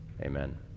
amen